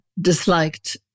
disliked